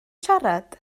siarad